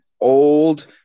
old